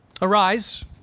Arise